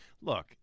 Look